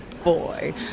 Boy